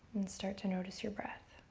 and start to notice your breath.